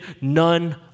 none